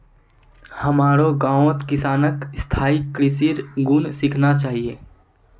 हमारो गांउत किसानक स्थायी कृषिर गुन सीखना चाहिए